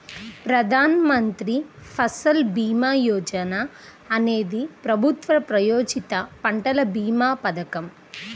ప్రధాన్ మంత్రి ఫసల్ భీమా యోజన అనేది ప్రభుత్వ ప్రాయోజిత పంటల భీమా పథకం